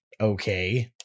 okay